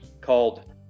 called